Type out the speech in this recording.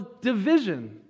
division